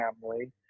family